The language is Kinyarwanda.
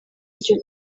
icyo